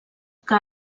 que